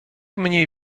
mniej